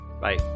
Bye